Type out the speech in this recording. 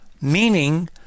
meaning